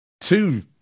two